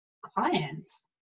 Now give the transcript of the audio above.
clients